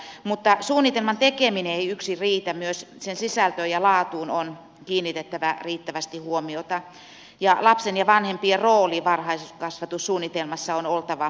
mutta suunnitelman tekeminen ei yksin riitä myös sen sisältöön ja laatuun on kiinnitettävä riittävästi huomiota ja lapsen ja vanhempien roolin varhaiskasvatussuunnitelmassa on oltava ensisijainen